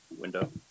Window